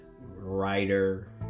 writer